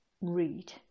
read